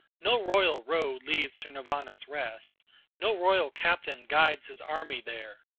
no royal road leads to nirvana's rest no royal captain guides his army there.